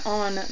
on